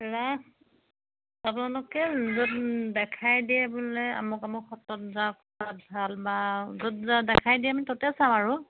ৰাস আপোনালোকে য'ত দেখাই দিয়ে বোলে আমুক আমুক সত্ৰত যাওক তাত ভাল বা য'ত যাও দেখাই দিয়ে আমি ত'তে চাওঁ আৰু